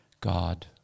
God